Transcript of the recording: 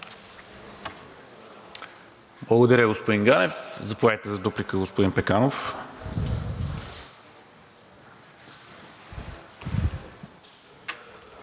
Благодаря, господин Ганев. Заповядайте за дуплика, господин Пеканов.